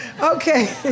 Okay